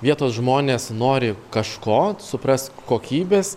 vietos žmonės nori kažko suprask kokybės